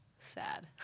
sad